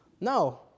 No